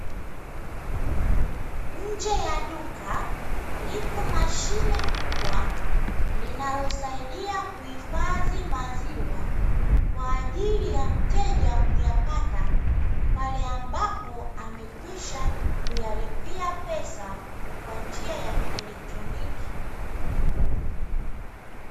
Nje ya duka lipo mashine kubwa linalosaidia kuhifadhi maziwa, kwa ajili ya mteja kuyapata, pale ambapo amekwisha kuyalipia pesa kwa njia ya kielektroniki.